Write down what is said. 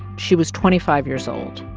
she was twenty five years old.